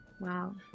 Wow